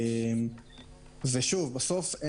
בסוף,